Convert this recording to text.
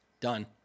done